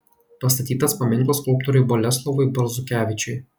pastatytas paminklas skulptoriui boleslovui balzukevičiui